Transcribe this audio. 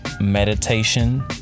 meditation